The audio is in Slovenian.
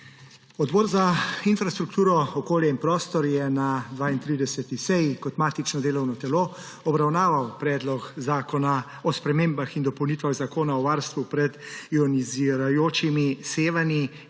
Odbor za infrastrukturo, okolje in prostor je na 32. seji kot matično delovno telo obravnaval Predlog zakona o spremembah in dopolnitvah Zakona o varstvu pred ionizirajočimi sevanji